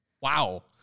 Wow